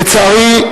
לצערי,